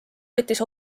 võttis